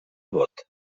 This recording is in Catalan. vot